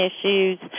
issues